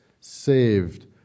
saved